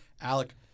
Alec